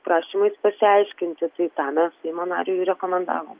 prašymais pasiaiškinti tai tą mes seimo nariui ir rekomendavom